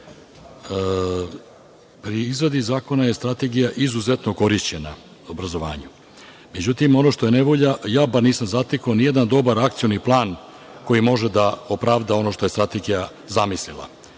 Pri izradi zakona je strategija o obrazovanju izuzetno korišćena. Međutim, ono što je nevolja, ja bar nisam zatekao ni jedan dobar akcioni plan koji može da opravda ono što je strategija zamislila,